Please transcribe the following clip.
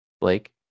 Blake